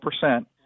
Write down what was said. percent